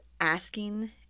asking